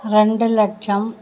ரெண்டு லட்சம்